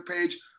page